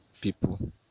people